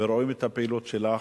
ורואים את הפעילות שלך.